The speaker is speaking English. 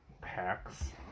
packs